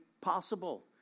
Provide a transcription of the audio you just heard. possible